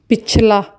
ਪਿਛਲਾ